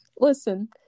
listen